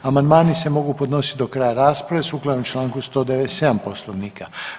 Amandmani se mogu podnositi do kraja rasprave sukladno čl. 197. poslovnika.